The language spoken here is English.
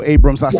Abrams